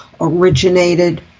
originated